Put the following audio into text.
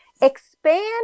expand